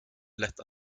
lätt